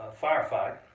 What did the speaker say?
firefight